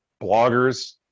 bloggers